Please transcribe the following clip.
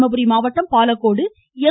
தர்மபுரி மாவட்டம் பாலக்கோடு எம்